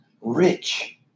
rich